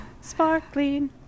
sparkling